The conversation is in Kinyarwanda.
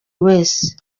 wese